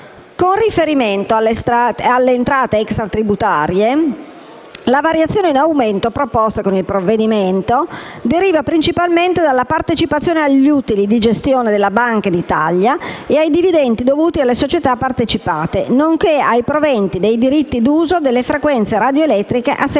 Con riferimento alle entrate extratributarie, la variazione in aumento proposta con il provvedimento deriva principalmente dalla partecipazione agli utili di gestione della Banca d'Italia e ai dividendi dovuti alle società partecipate, nonché ai proventi dei diritti d'uso delle frequenze radioelettriche a seguito